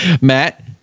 Matt